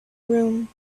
room